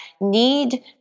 need